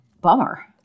bummer